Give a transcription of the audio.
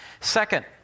Second